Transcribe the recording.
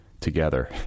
together